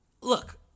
Look